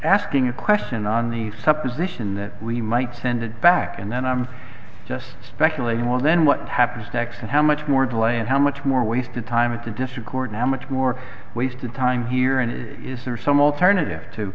asking a question on the supposition that we might send it back and then i'm just speculating well then what happens next and how much more delay and how much more wasted time at the disregard now much more wasted time here and is there some alternative to